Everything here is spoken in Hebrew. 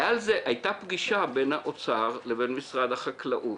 הייתה פגישה בין האוצר לבין משרד החקלאות,